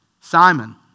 Simon